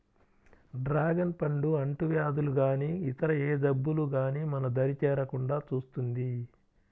dragon పండు అంటువ్యాధులు గానీ ఇతర ఏ జబ్బులు గానీ మన దరి చేరకుండా చూస్తుంది